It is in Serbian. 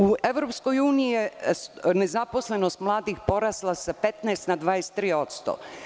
U EU je nezaposlenost mladih porasla sa 15% na 23%